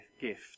gift